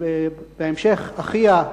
ובהמשך אחיה,